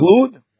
include